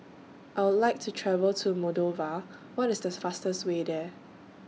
I Would like to travel to Moldova What IS The fastest Way There